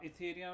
ethereum